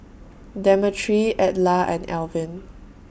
Demetri Edla and Elvin